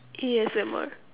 A_S_M_R